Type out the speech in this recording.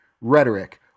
rhetoric